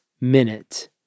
minute